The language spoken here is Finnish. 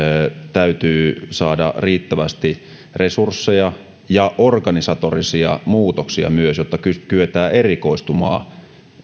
täytyy saada riittävästi resursseja ja tarvitaan myös organisatorisia muutoksia jotta kyetään erikoistumaan